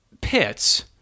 pits